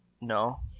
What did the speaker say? no